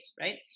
right